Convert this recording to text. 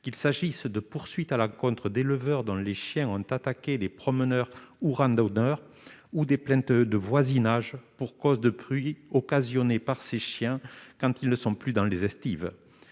qu'il s'agisse de poursuites à l'encontre d'éleveurs dans les chiens ont attaqué les promeneur ou randonneur ou des plaintes de voisinage pour cause de bruit occasionné par ces chiens, quand ils ne sont plus dans les estives